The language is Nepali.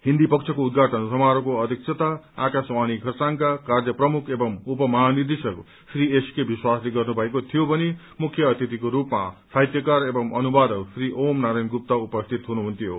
हिन्दी पक्षको उद्घाटन समारोहको अध्यक्षता आकाशवाणी खरसाङका कार्य प्रमुख एवं उपमहानिदेशक श्री एसके विश्वासले गर्नुमएको थियो भने मुख्य अतिथिको रूपमा साहित्यकार एवं अनुवादक श्री ओम नारायण गुप्त उपस्थित हुनुहुन्थ्यो